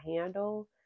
handle